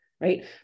right